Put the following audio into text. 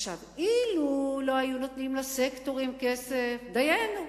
אילו לא נתנו לסקטורים כסף, דיינו,